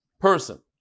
person